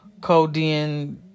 codeine